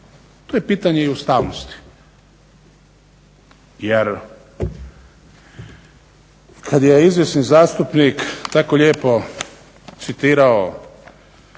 To je pitanje i ustavnosti. Jer kad je izvjesni zastupnik tako lijepo citirao